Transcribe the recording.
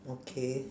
okay